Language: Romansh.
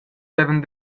havevan